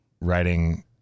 writing